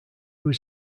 was